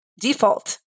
default